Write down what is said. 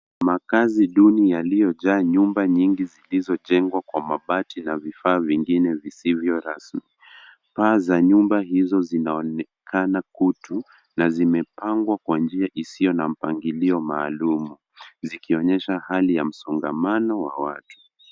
Makaazi duni yaliyojaa nyumba nyingi zilizojengwa kwa mabati na vifaa vingine visivyo rasmi. Paa za nyumba hizo zinaonekana kutu na zimepangwa kwa njia isiyo na mpangilio maalum zikionyesha hali ya msongamano wa watu.